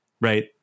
Right